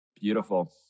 Beautiful